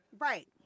right